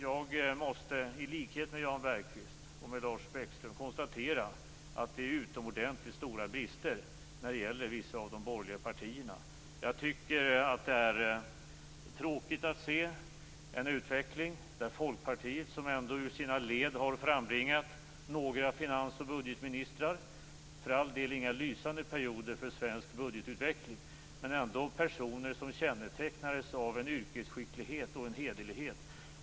Jag måste, i likhet med Jan Bergqvist och Lars Bäckström, konstatera att det finns utomordentligt stora brister hos vissa av de borgerliga partierna. Jag tycker att det är tråkigt med denna utveckling hos Folkpartiet, som ändå ur sina led har frambringat några finans och budgetministrar - för all del inga lysande perioder för svensk budgetutveckling, men ändå personer som kännetecknades av yrkesskicklighet och hederlighet.